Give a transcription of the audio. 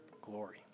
glory